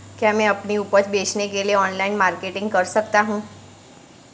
क्या मैं अपनी उपज बेचने के लिए ऑनलाइन मार्केटिंग कर सकता हूँ?